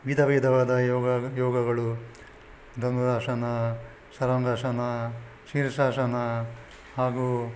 ವಿಧ ವಿಧವಾದ ಯೋಗಕ್ಕೆ ಯೋಗಗಳು ಧನುರಾಸನ ಶವಾಂಗಾಸನ ಶೀರ್ಷಾಸನ ಹಾಗೂ